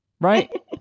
right